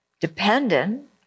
dependent